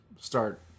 start